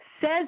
says